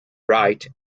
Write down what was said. bright